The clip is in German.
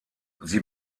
sie